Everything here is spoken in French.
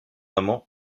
amant